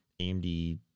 AMD